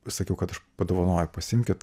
pasakiau kad aš padovanoju pasiimkit